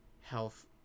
health